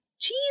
cheese